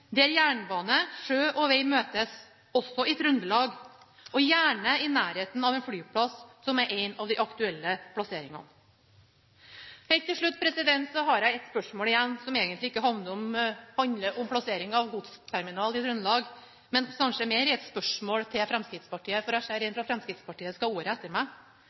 jernbane, sjø og veg møtes, også i Trøndelag, og gjerne i nærheten av en flyplass, som er en av de aktuelle plasseringene. Helt til slutt har jeg ett spørsmål, som egentlig ikke handler om plasseringen av godsterminalen i Trøndelag, men kanskje mer er et spørsmål til Fremskrittspartiet, for jeg ser at det er en fra Fremskrittspartiet som skal ha ordet etter meg.